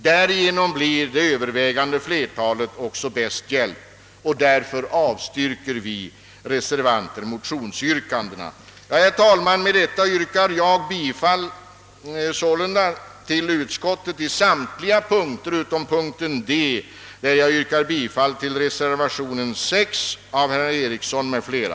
Därigenom blir det övervägande = flertalet handikappade bäst hjälpta. Herr talman! Med detta yrkar jag således bifall till utskottets hemställan i samtliga punkter utom i punkt D, där jag yrkar bifall till reservationen nr 6 av herr John Ericsson m.fl.